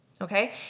Okay